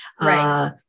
Right